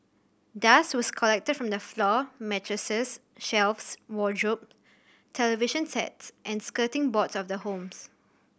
dust was collected from the floor mattresses shelves wardrobe television sets and skirting boards of the homes